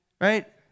Right